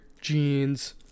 jeans